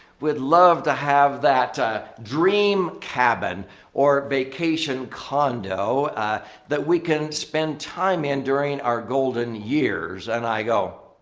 we'd love to have that dream cabin or vacation condo that we can spend time in during our golden years. and i go,